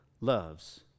loves